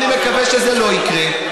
אני מקווה שזה לא יקרה,